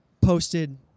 posted